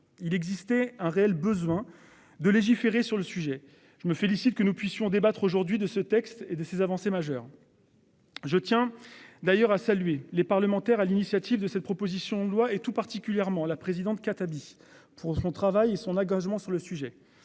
Il existait un réel besoin de légiférer sur le sujet. Je me félicite que nous puissions débattre aujourd'hui de ce texte et de ces avancées majeures. Je tiens d'ailleurs à saluer les parlementaires à l'initiative de cette proposition de loi et tout particulièrement la présidente Khattabi pour son travail et son agacement sur le sujet,